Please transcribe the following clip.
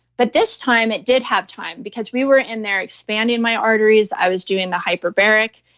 but this time it did have time because we were in there expanding my arteries. i was doing the hyperbaric.